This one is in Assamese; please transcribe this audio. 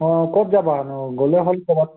অঁ ক'ত যাবানো গ'লেই হ'ল ক'ৰবাত